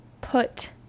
put